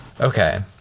Okay